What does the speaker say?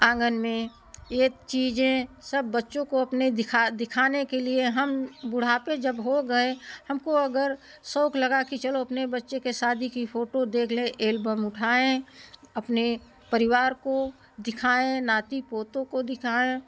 आंगन में यह त चीज़ें सब बच्चों को अपने दिखा दिखाने के लिए हम बुढ़ापे जब हो गए हमको अगर शौक़ लगा कि चलो अपने बच्चे की शादी की फ़ोटो देख लें एल्बम उठाएँ अपने परिवार को दिखाएँ नाती पोतों को दिखाएँ